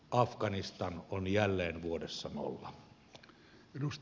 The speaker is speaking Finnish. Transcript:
afganistan on jälleen vuodessa nolla